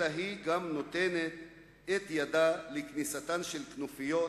אלא גם נותנת את ידה לכניסת כנופיות